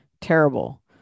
Terrible